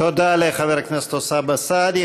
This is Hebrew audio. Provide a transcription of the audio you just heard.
תודה לחבר הכנסת אוסאמה סעדי.